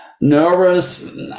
nervous